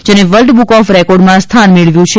જેને world book of રેકોર્ડમાં સ્થાન મેળવ્યું છે